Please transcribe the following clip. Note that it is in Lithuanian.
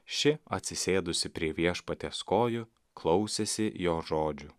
ši atsisėdusi prie viešpaties kojų klausėsi jo žodžių